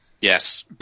Yes